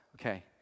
okay